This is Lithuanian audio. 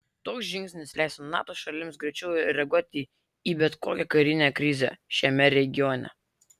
toks žingsnis leistų nato šalims greičiau reaguoti į bet kokią karinę krizę šiame regione